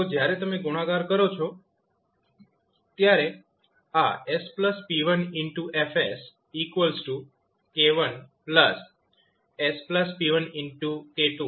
તો જ્યારે તમે ગુણાકાર કરો છો ત્યારે આ sp1 Fk1 sp1k2sp2